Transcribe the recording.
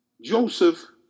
Joseph